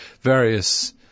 various